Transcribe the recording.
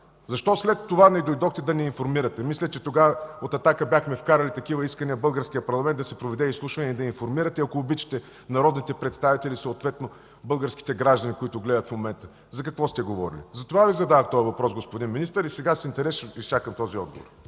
Защо след това не дойдохте да ни информирате? Мисля, че тогава от „Атака” бяхме вкарали такива искания – в българския парламент да се проведе изслушване и да информирате народните представители, съответно българските граждани, които гледат в момента – за какво сте говорили. Затова Ви зададох този въпрос, господин Министър, и сега с интерес ще изчакам този отговор.